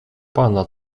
pana